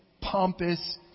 pompous